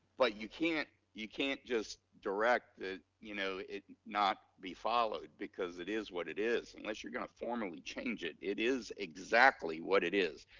but you can't you can't just direct that, you know, it not be followed because it is what it is unless you're gonna formally change it. it is exactly what it is.